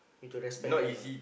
need to respect them ah